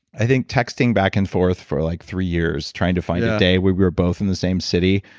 i think, texting back and forth for like three years trying to find a day where we're both in the same city.